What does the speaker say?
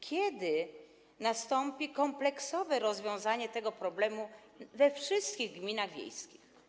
Kiedy nastąpi kompleksowe rozwiązanie tego problemu we wszystkich gminach wiejskich?